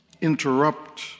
interrupt